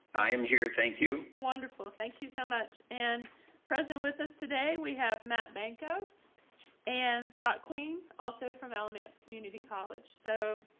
i am here. thank you. wonderful. thank you so much and present with us. today we have matt banco and scott queen, also from alamance community college. so